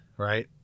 Right